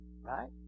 Right